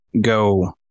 go